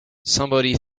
somebody